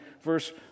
verse